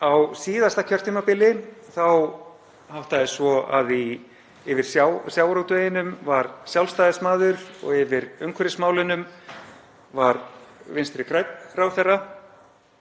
Á síðasta kjörtímabili háttaði svo að yfir sjávarútveginum var Sjálfstæðismaður og yfir umhverfismálunum var Vinstri grænn ráðherra.